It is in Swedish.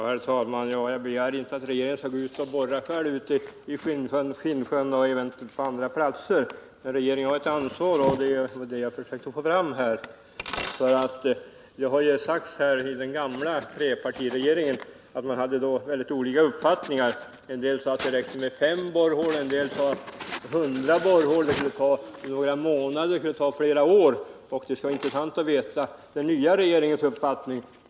Herr talman! Jag begär inte att regeringen skall gå ut och borra vid Finnsjön eller på andra platser. Men regeringen har ett ansvar, och det var det jag försökte få fram. Det har sagts att man i den förra trepartiregeringen hade väldigt olika uppfattningar om antalet borrhål som var nödvändiga och om hur lång tid arbetet skulle ta. En del sade att det räckte med fem borrhål, andra sade att det behövdes hundra borrhål. En del sade att arbetet kunde ta flera månader, andra sade att det kunde ta flera år. Det skulle vara intressant att veta den nya regeringens uppfattning.